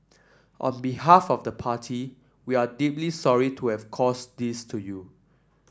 on behalf of the party we are deeply sorry to have caused this to you